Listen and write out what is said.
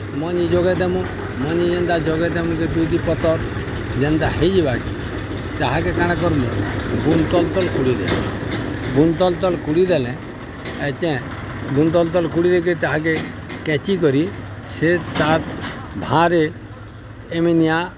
ମଞ୍ଜି ଯୋଗେଇ ଦେମୁ ମଞ୍ଜି ଯେନ୍ତା ଯୋଗେଇ ଦେମୁ ଯେ ଦୁଇ ଦୁଇ ପତର୍ ଯେନ୍ତା ହେଇଯିବାକେ ତାହାକେ କାଣା କର୍ମୁ ବୁନ୍ଦ୍ ତଲ୍ ତଲ୍ କୁଡ଼ିଦେମୁ ବୁନ୍ଦ୍ ତଲ୍ ତଲ୍ କୁଡ଼ିଦେଲେ ଏଛେନ୍ ବୁନ୍ଦ୍ ତଲ୍ ତଲ୍ କୁଡ଼ି ଦେଇକି ତାହାକେ କେଚି କରି ସେ ତ ଭାରେ ଏମିନିିଆ